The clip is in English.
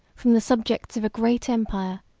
from the subjects of a great empire,